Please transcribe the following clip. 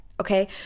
Okay